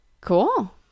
Cool